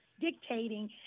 dictating